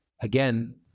again